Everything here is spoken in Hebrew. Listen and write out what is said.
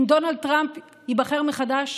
אם דונלד טראמפ ייבחר מחדש,